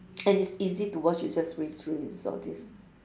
and it's easy to wash you just rinse rinse rinse all this